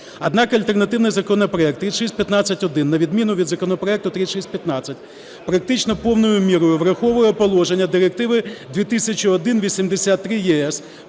Однак альтернативний законопроект 3615-1 на відміну від законопроекту 3615 практично повною мірою враховує положення Директиви 2001/83/ЄС